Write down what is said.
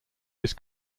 his